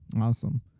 Awesome